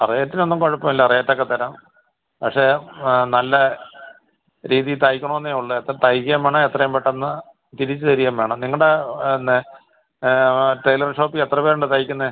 ആ റേറ്റിനൊന്നും കുഴപ്പം ഇല്ല റേറ്റൊക്കെ തരാം പക്ഷേ നല്ല നല്ല രീതിയിൽ തയ്ക്കണോന്നേ ഉള്ളൂ അപ്പോൾ തയ്ക്കേം വേണം എത്രയും പെട്ടന്ന് തിരിച്ച് തരികയും വേണം നിങ്ങളുടെ പിന്നെ ടെയ്ലറിംഗ് ഷോപ്പിലെത്ര പേരുണ്ട് തെയ്ക്കുന്നത്